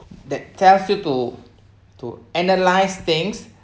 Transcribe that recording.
that tells you to to analyse things